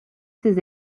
ses